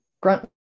grunt